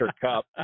cup